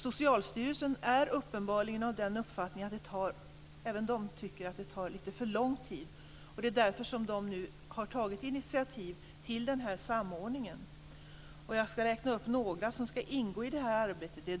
Socialstyrelsen är uppenbarligen också av den uppfattningen att det tar lite för lång tid, och det är därför man nu har tagit initiativ till den här samordningen. Jag ska räkna upp några som ska ingå i det här arbetet.